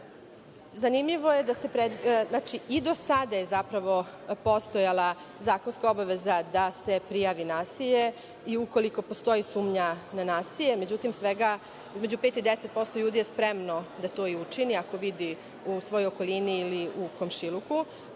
predlozima. I do sada je postojala zakonska obaveza da se prijavi nasilje i ukoliko postoji sumnja na nasilje, međutim, svega između 5% i 10% ljudi je spremno da to učini, ako vidi u svojoj okolini ili u komšiluku.